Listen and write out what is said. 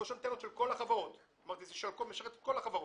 שלוש אנטנות של כל החברות אמרתי שזה משרת את כל החברות.